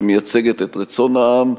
שמייצגת את רצון העם,